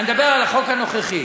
אני מדבר על החוק הנוכחי.